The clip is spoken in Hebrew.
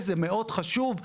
זה מאוד חשוב.